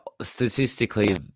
statistically